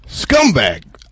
Scumbag